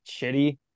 shitty